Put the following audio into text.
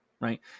right